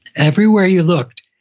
everywhere you looked,